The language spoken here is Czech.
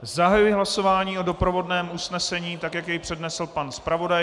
Zahajuji hlasování o doprovodném usnesení tak, jak jej přednesl pan zpravodaj.